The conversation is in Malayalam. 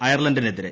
അയർലന്റിനെതിരെ